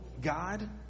God